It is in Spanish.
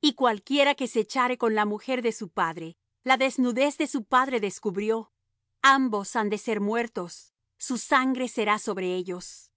y cualquiera que se echare con la mujer de su padre la desnudez de su padre descubrió ambos han de ser muertos su sangre será sobre ellos